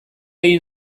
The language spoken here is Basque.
egin